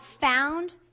found